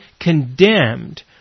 condemned